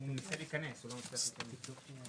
אבל נבדוק את זה.